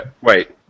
Wait